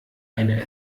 eine